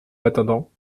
attendant